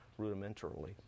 rudimentarily